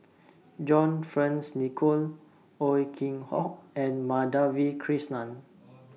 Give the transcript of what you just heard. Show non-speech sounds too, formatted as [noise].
John Fearns Nicoll Ow [unintelligible] Hock and Madhavi Krishnan